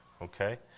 Okay